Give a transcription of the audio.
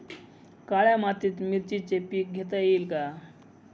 काळ्या मातीत मिरचीचे पीक घेता येईल का?